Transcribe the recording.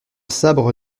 sabre